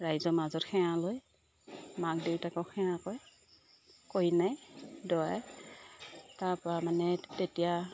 ৰাইজৰ মাজত সেৱা লয় মাক দেউতাকক সেৱা কৰে কইনাই দৰাই তাৰ পৰা মানে তেতিয়া